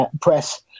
press